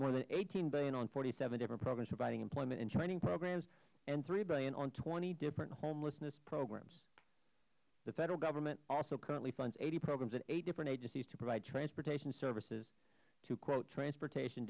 more than eighteen dollars billion on forty seven different programs providing employment and training and three dollars billion on twenty different homelessness programs the federal government also currently funds eighty programs in eight different agencies to provide transportation services to transportation